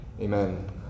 Amen